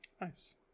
Nice